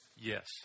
Yes